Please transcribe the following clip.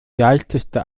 leichteste